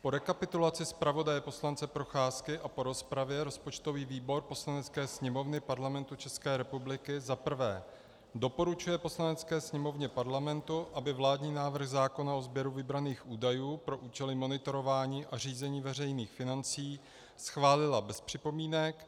Po rekapitulaci zpravodaje poslance Procházky a po rozpravě rozpočtový výbor Poslanecké sněmovny Parlamentu České republiky za prvé doporučuje Poslanecké sněmovně Parlamentu, aby vládní návrh zákona o sběru vybraných údajů pro účely monitorování a řízení veřejných financí schválila bez připomínek;